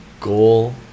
Goal